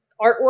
artwork